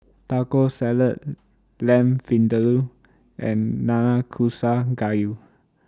Taco Salad Lamb Vindaloo and Nanakusa Gayu